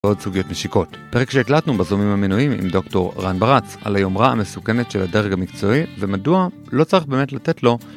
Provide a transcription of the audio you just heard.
ועוד סוגיות משיקות. פרק שהקלטנו בזום עם המנויים עם דוקטור רן ברץ על היומרה המסוכנת של הדרג המקצועי ומדוע לא צריך באמת לתת לו